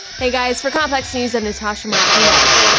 hey guys. for complex news, i'm natasha martinez.